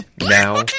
now